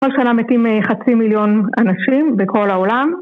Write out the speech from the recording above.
כל שנה מתים חצי מיליון אנשים בכל העולם